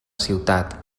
ciutat